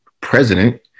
president